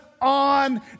on